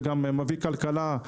זה גם מביא כלכלה,